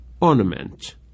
ornament